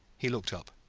he looked up.